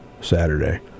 Saturday